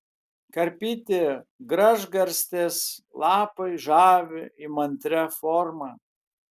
karpyti gražgarstės lapai žavi įmantria forma